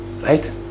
right